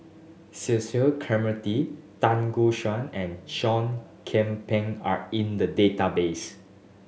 Cecil Clementi Tan Gek Suan and Seah Kian Peng are in the database